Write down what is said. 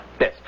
Yes